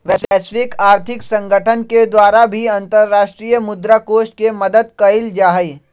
वैश्विक आर्थिक संगठन के द्वारा भी अन्तर्राष्ट्रीय मुद्रा कोष के मदद कइल जाहई